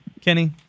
Kenny